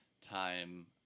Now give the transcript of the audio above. Time